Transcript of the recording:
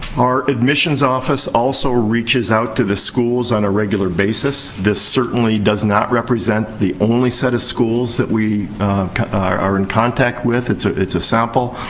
our admissions office also reaches out to the schools on a regular basis. this certainly does not represent the only set of schools that we are in contact with. it's ah it's a sample.